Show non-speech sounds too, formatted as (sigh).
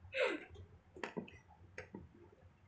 (laughs)